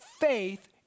faith